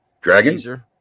dragon